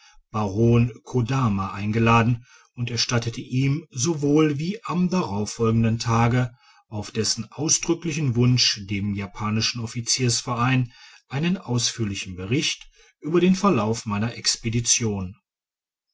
baron kodama eingeladen und erstattete ihm sowohl wie am darauffolgenden tage auf dessen ausdrücklichen wunsch dem japanischen offiziersverein einen ausführlichen bericht über den verlauf meiner expedition